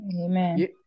Amen